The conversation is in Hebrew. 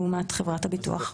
לעומת חברת הביטוח.